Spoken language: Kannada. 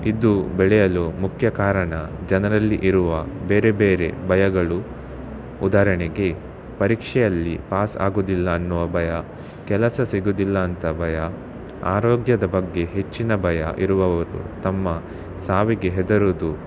ಇದು ಬೆಳೆಯಲು ಮುಖ್ಯ ಕಾರಣ ಜನರಲ್ಲಿ ಇರುವ ಬೇರೆ ಬೇರೆ ಭಯಗಳು ಉದಾಹರಣೆಗೆ ಪರೀಕ್ಷೆಯಲ್ಲಿ ಪಾಸ್ ಆಗುವುದಿಲ್ಲ ಅನ್ನುವ ಭಯ ಕೆಲಸ ಸಿಗುವುದಿಲ್ಲ ಅಂತ ಭಯ ಆರೋಗ್ಯದ ಬಗ್ಗೆ ಹೆಚ್ಚಿನ ಭಯ ಇರುವವರು ತಮ್ಮ ಸಾವಿಗೆ ಹೆದರುವುದು